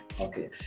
Okay